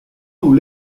nous